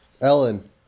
Ellen